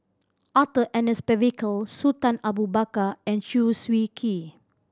Arthur Ernest Percival Sultan Abu Bakar and Chew Swee Kee